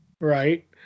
Right